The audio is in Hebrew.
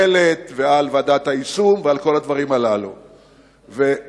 ועוד כספים ועוד כספים ולקצץ במקומות שבהם היא לא היתה אמורה לקצץ,